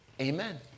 Amen